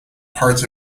parts